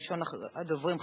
ראשון הדוברים,